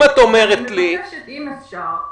אני מבקשת, אם אפשר,